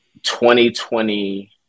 2020